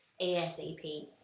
asap